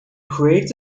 creates